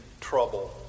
trouble